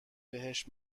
بهش